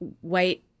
white